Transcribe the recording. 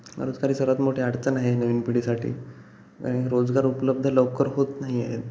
रोजगार ही सर्वात मोठी अडचण आहे नवीन पिढीसाठी आणि रोजगार उपलब्ध लवकर होत नाही आहेत